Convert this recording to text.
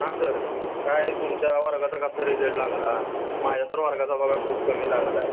हां सर काय तुमच्या वर्गाचा कसा रिझल्ट लागला माझ्या तर वर्गाचा बघा खूप कमी लागला आहे